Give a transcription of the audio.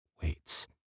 waits